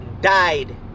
died